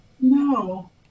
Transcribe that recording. No